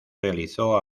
realizó